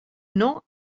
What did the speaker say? nom